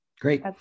Great